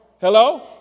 Hello